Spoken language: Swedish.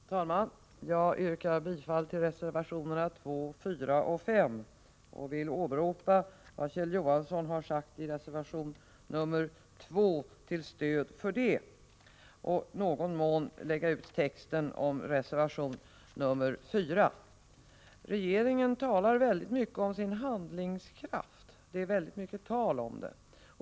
Herr talman! Jag yrkar bifall till reservationerna 2, 4 och 5 och vill till stöd för det åberopa vad Kjell Johansson har sagt i reservation nr 2 samt i någon mån lägga ut texten om reservation nr 4. Regeringen talar väldigt mycket om sin handlingskraft — det är väldigt mycket tal om den.